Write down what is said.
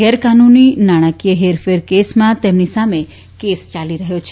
ગેરકાન્ની નાણાકીય હેરફેર કેસમાં તેમની સામે કેસ ચાલી રહ્યો છે